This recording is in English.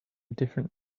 different